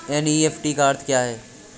NEFT का अर्थ क्या है?